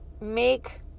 make